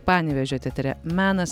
panevėžio teatre menas